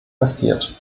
passiert